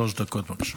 שלוש דקות, בבקשה.